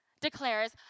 declares